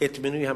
את מינוי המנהל,